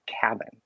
cabin